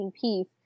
piece